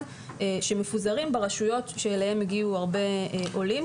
מהם מפוזרים ברשויות אליהם הגיעו הרבה עולים.